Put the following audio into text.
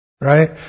right